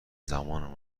زمان